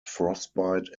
frostbite